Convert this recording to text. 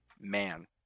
man